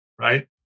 Right